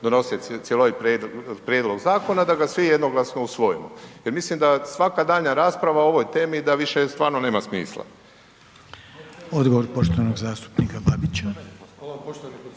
donese cjelovit prijedlog zakona, da ga svi jednoglasno usvojimo, jer mislim da svaka daljnja o ovoj temi da više stvarno nema smisla.